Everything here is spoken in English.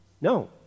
No